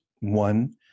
One